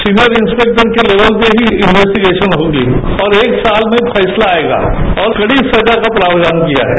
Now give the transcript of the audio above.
senior inspector के तेवल पर ही इन्वेस्टीगेशन होगी और एक साल में पैसला आयेगा और कड़ी सजा का प्राक्वान किया है